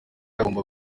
agomba